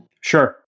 Sure